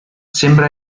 sembra